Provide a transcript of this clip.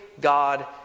God